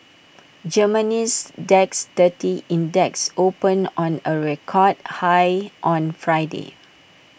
Germany's Dax thirty index opened on A record high on Friday